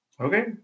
Okay